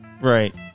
Right